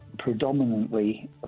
predominantly